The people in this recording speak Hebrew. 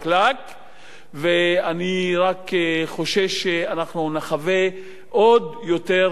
ואני רק חושש שאנחנו נחווה דברים קשים עוד יותר,